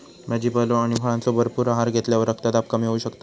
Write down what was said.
भाजीपालो आणि फळांचो भरपूर आहार घेतल्यावर रक्तदाब कमी होऊ शकता